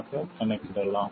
ஆகக் கணக்கிடலாம்